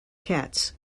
cats